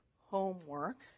homework